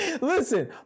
Listen